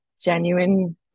genuine